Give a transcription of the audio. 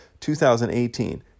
2018